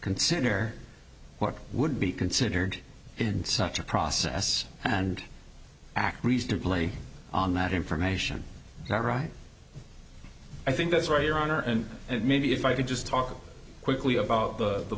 consider what would be considered in such a process and act reasonably on that information all right i think that's right your honor and and maybe if i could just talk quickly about the